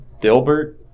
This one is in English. Dilbert